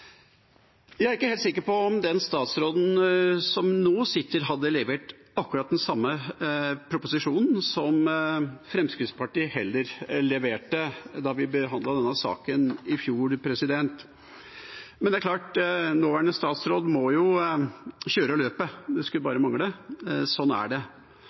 Jeg er ikke helt sikker på om den statsråden som nå sitter, hadde levert akkurat den samme proposisjonen som statsråden fra Fremskrittspartiet leverte da vi behandlet denne saken i fjor. Men det er klart at nåværende statsråd må kjøre løpet, det skulle bare mangle. Sånn er det.